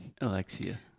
Alexia